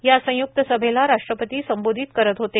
या संयुक्त सभेला राष्ट्रपती संबोधित करत होते